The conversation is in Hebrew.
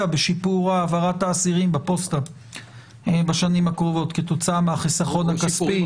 בשיפור העברת האסירים בפוסטה בשנים הקרובות כתוצאה מהחיסכון הכספי.